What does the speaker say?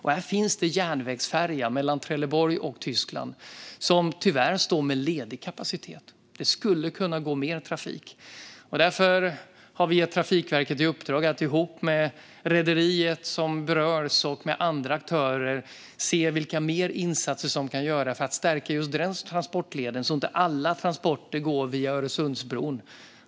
Det finns en järnvägsfärja mellan Trelleborg och Tyskland, men den står tyvärr med ledig kapacitet. Det skulle kunna gå mer trafik där. Vi har därför gett Trafikverket i uppdrag att ihop med det berörda rederiet och andra aktörer se vilka ytterligare insatser som kan göras för att stärka just denna transportled så att inte alla transporter går via Öresundsbron.